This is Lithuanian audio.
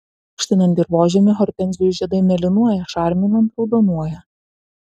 rūgštinant dirvožemį hortenzijų žiedai mėlynuoja šarminant raudonuoja